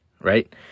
right